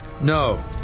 No